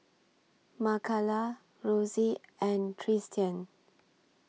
Makala Rosy and Tristian